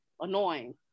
annoying